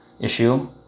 issue